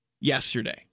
yesterday